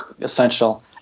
essential